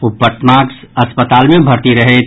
ओ पटनाक अस्पताल मे भर्ती रहैथ